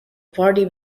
party